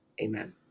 Amen